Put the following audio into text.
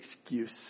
excuse